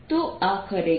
તો આ ખરેખર E